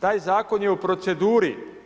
Taj zakon je u proceduri.